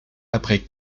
après